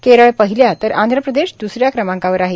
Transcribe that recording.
केरळ पहिल्या तर आंध प्रदेश द्सऱ्या क्रमांकावर आहे